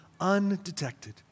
undetected